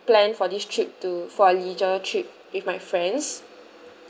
plan for this trip to for leisure trip with my friends